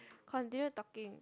continue talking